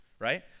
Right